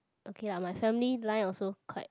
okay lah my family line also quite